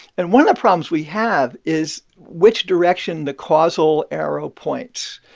and one of the problems we have is which direction the causal arrow points.